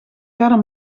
verder